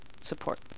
support